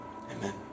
Amen